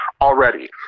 already